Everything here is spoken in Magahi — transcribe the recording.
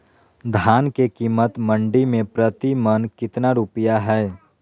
धान के कीमत मंडी में प्रति मन कितना रुपया हाय?